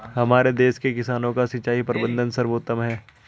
हमारे देश के किसानों का सिंचाई प्रबंधन सर्वोत्तम है